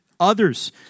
others